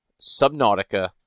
subnautica